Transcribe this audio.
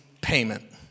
payment